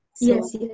Yes